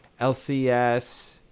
LCS